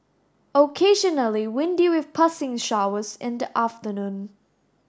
occasionally windy with passing showers in the afternoon